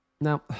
Now